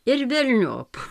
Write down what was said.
ir velniop